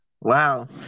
Wow